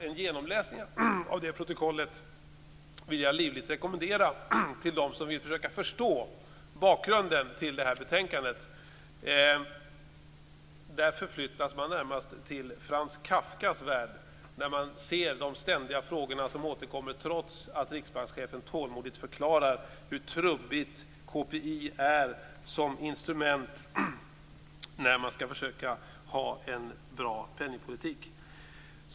En genomläsning av det protokollet vill jag livligt rekommendera dem som vill försöka förstå bakgrunden till betänkandet. Man förflyttas närmast till Franz Kafkas värld när man ser att vissa frågor ständigt återkommer, trots att riksbankschefen tålmodigt förklarar hur trubbigt KPI är som instrument när man skall försöka föra en bra penningpolitik.